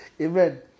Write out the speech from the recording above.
Amen